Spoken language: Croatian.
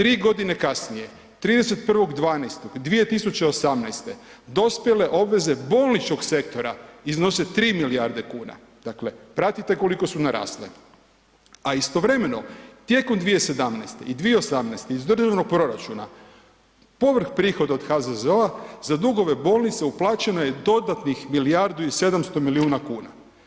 3 godine kasnije 31.12.2018. dospjele obveze bolničkog sektora iznose 3 milijarde kuna, dakle pratite koliko su narasle, a istovremeno tijekom 2017. i 2018. iz državnog proračuna povrh prihoda od HZZO-a za dugove bolnica uplaćeno je dodatni milijardu i 700 milijuna kuna.